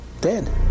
dead